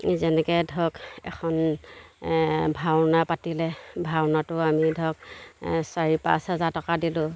যেনেকৈ ধৰক এখন ভাওনা পাতিলে ভাওনাটো আমি ধৰক চাৰি পাঁচ হাজাৰ টকা দিলোঁ